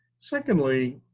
secondly,